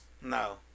No